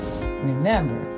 Remember